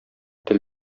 тел